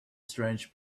strange